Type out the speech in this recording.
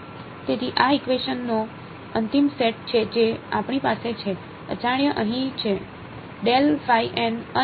તેથી આ ઇકવેશન નો અંતિમ સેટ છે જે આપણી પાસે છે અજાણ્યા અહીં છે અને તે જ રીતે અહીં